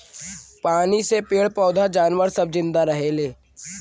पानी से पेड़ पौधा जानवर सब जिन्दा रहेले